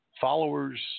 Followers